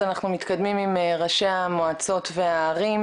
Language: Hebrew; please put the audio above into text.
אז אנחנו מתקדמים עם ראשי המועצות והערים,